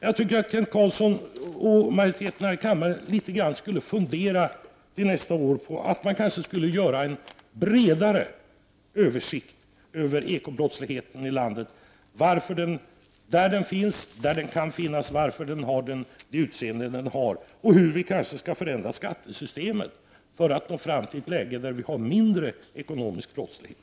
Jag tycker att Kent Carlsson och majoriteten här i kammaren skulle fundera litet till nästa år på att man skulle göra en bredare översyn av den ekonomiska brottsligheten i landet, en översyn av var den finns och varför den ser ut som den gör och hur vi kanske skall förändra skattesystemet för att komma till ett läge med mindre ekonomisk brottslighet.